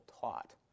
taught